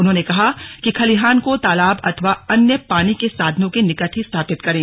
उन्होंने कहा कि खलिहान को तालाब अथवा अन्य पानी के साधनों के निकट ही स्थापित करें